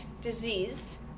disease